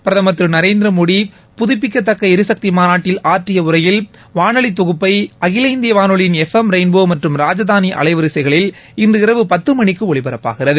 பிரதமர் திரு நரேந்திர மோடி புதப்பிக்கத்தக்க எரிசக்தி மாநாட்டில் ஆற்றிய உரையில் வானொலி தொகுப்பை அகில இந்திய வானொலியின் எஃப் எம் ரெய்ன்போ மற்றும் ராஜதானி அலைவரிசகளில் இன்று இரவு பத்து மணிக்கு ஒலிபரப்பாகிறது